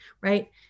right